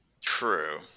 True